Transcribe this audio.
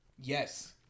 Yes